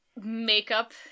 makeup